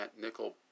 nickel